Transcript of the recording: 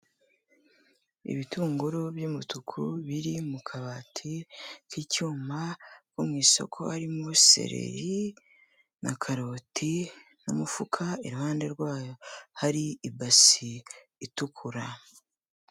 Ibitunguru by'umutuku biri mu kabati k'icyuma ko mu isoko harimo seleri na karoti n'umufuka, iruhande rwayo hari ibasi itukura.